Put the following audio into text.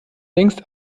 längst